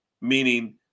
Meaning